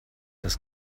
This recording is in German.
das